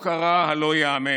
פה קרה הלא-ייאמן,